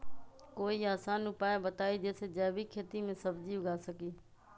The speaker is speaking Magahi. कोई आसान उपाय बताइ जे से जैविक खेती में सब्जी उगा सकीं?